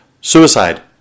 suicide